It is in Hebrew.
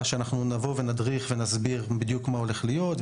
אנחנו נבוא להדריך ולהסביר מה בדיוק הולך להיות,